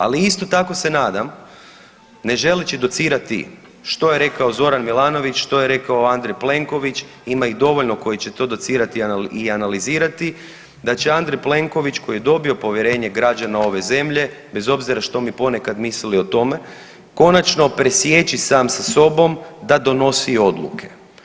Ali isto tako se nadam ne želeći docirati što je rekao Zoran Milanović, što je rekao Andrej Plenković ima ih dovoljno koji će to docirati i analizirati da će Andrej Plenković koji je dobio povjerenje građana ove zemlje bez obzira što mi ponekad mislili o tome konačno presjeći sam sa sobom da donosi odluke.